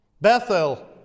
Bethel